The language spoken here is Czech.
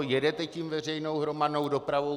Jedete s tím veřejnou hromadou dopravou.